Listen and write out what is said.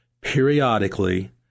Periodically